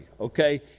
okay